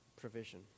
provision